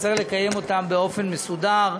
שצריך לקיים אותם באופן מסודר.